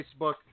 Facebook